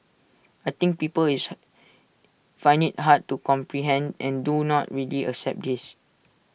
I think people is find IT hard to comprehend and do not really accept this